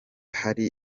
hari